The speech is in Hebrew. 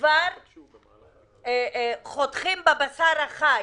כבר חותכים בבשר החי.